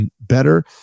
better